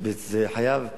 וזה חייב להיעשות,